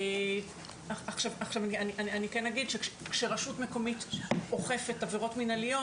עכשיו אני כן אגיד שכשרשות מקומית אוכפת עבירות מנהליות,